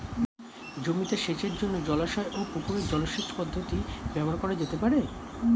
জমিতে সেচের জন্য জলাশয় ও পুকুরের জল সেচ পদ্ধতি ব্যবহার করা যেতে পারে?